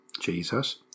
Jesus